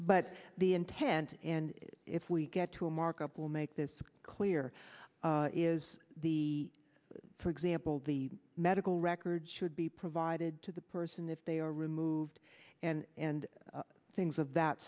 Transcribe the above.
but the intent and if we get to a markup will make this clear is the for example the medical records should be provided to the person if they are removed and things of that